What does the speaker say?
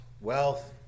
wealth